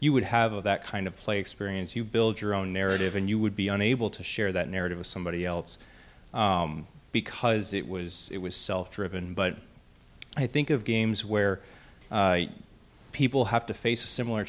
you would have of that kind of play experience you build your own narrative and you would be unable to share that narrative of somebody else because it was it was self driven but i think of games where people have to face a similar